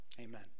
Amen